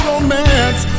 romance